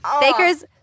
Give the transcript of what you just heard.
Baker's